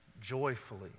joyfully